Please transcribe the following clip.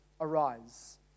arise